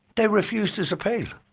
they refused his appeal.